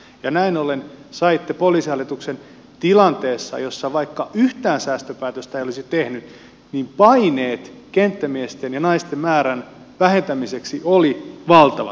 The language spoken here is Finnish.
ja näin ollen saitte poliisihallituksen tilanteessa jossa vaikka yhtään säästöpäätöstä ei olisi tehty paineet kenttämiesten ja naisten määrän vähentämiseksi olivat valtavat